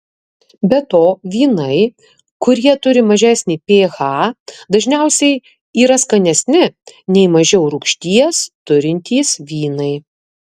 be to vynai kurie turi mažesnį ph dažniausiai yra skanesni nei mažiau rūgšties turintys vynai